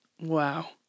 Wow